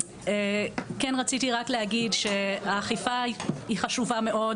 כן רציתי רק להגיד שהאכיפה היא חשובה מאוד